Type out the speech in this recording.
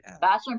Bachelor